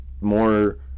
more